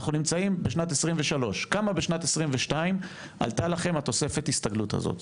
אנחנו נמצאים בשנת 2023. כמה בשנת 2022 עלתה לכם תוספת ההסתגלות הזאת?